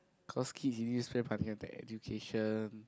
cause kids you need to spend money on the education